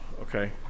okay